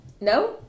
No